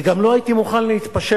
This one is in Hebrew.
וגם לא הייתי מוכן להתפשר,